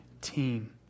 team